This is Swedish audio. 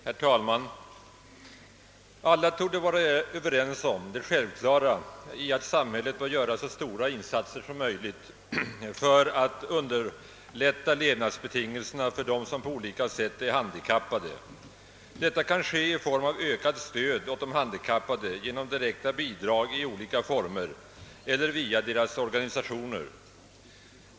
Herr talman! Alla torde vara överens om det självklara i att samhället bör göra så stora insatser som möjligt för att underiätta levnadsbetingelserna för dem som på olika sätt är handikappade. Detta kan ske i form av ökat stöd åt de handikappade genom direkta bidrag i olika former eller via de handikappades organisationer.